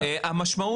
סיכום?